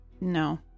No